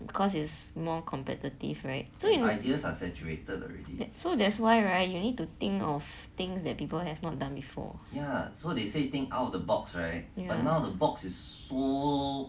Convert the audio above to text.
because it's more competitive right so you know so that's why right you need to think of things that people have not done before